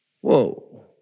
Whoa